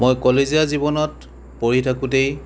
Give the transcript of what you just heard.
মই কলেজীয়া জীৱনত পঢ়ি থাকোঁতেই